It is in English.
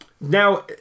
Now